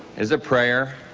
is a prayer.